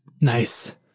nice